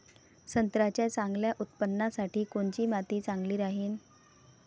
संत्र्याच्या चांगल्या उत्पन्नासाठी कोनची माती चांगली राहिनं?